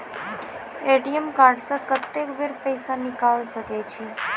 ATM card से कत्तेक बेर पैसा निकाल सके छी?